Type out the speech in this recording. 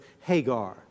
Hagar